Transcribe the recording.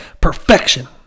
perfection